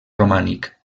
romànic